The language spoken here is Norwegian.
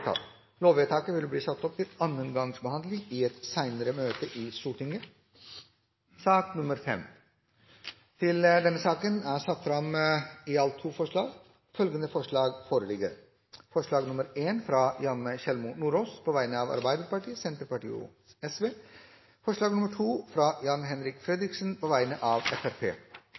Lovvedtaket vil bli ført opp til andre gangs behandling i et senere møte i Stortinget. Under debatten er det satt fram to forslag. Det er forslag nr. 1, fra Janne Sjelmo Nordås på vegne av Arbeiderpartiet, Senterpartiet og Sosialistisk Venstreparti forslag nr. 2, fra Jan-Henrik Fredriksen på vegne av